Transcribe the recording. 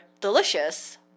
delicious